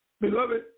Beloved